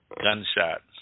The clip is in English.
gunshots